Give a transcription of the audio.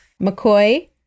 McCoy